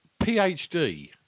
PhD